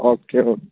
okay okay